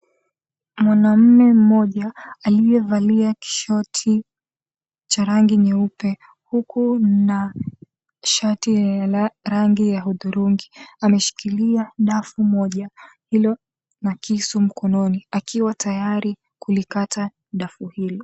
Mwanaume mmoja aliyevalia shoti cha rangi nyeupe huku na shati ya rangi ya hudhurungi huku ameshikilia dafu moja iliyo na kisu mkononi tayari kulikata dafu hilo.